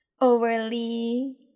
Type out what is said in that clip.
overly